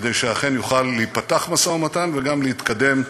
כדי שאכן יוכל להיפתח משא-ומתן, וגם להתקדם,